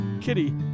Kitty